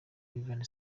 ivan